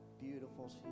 beautiful